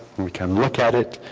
we can look at it.